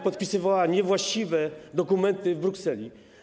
podpisywała niewłaściwe dokumenty w Brukseli.